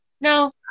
No